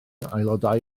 aelodau